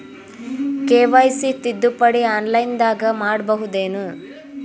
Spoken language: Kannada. ಕೆ.ವೈ.ಸಿ ತಿದ್ದುಪಡಿ ಆನ್ಲೈನದಾಗ್ ಮಾಡ್ಬಹುದೇನು?